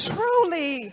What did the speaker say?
Truly